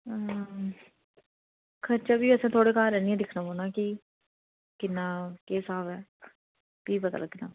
खर्चा भी असें थुआढ़े घर आह्नियै दिक्खना पौना भी किन्ना भी केह् स्हाब ऐ भी पता लगना